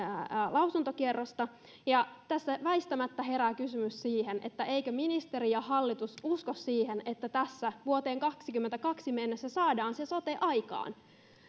lausuntokierrosta ja tässä väistämättä herää kysymys siitä eivätkö ministeri ja hallitus usko siihen että vuoteen kahdessakymmenessäkahdessa mennessä saadaan se sote aikaan